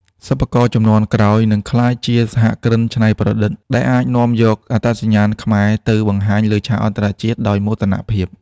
សិប្បករជំនាន់ក្រោយនឹងក្លាយជាសហគ្រិនច្នៃប្រឌិត ដែលអាចនាំយកអត្តសញ្ញាណខ្មែរទៅបង្ហាញលើឆាកអន្តរជាតិដោយមោទនភាព។